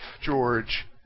George